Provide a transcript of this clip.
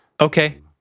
Okay